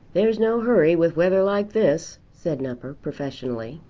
there's no hurry with weather like this, said nupper professionally.